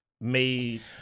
made